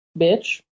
bitch